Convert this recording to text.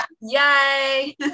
Yay